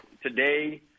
today